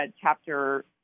chapter